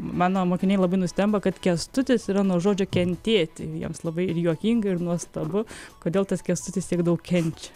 mano mokiniai labai nustemba kad kęstutis yra nuo žodžio kentėtini jiems labai ir juokinga ir nuostabu kodėl tas kęstutis tiek daug kenčia